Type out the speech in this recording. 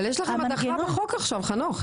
אבל יש לכם הדחה בחוק עכשיו, חנוך.